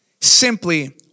simply